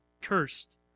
cursed